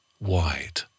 Wide